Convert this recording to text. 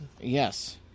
Yes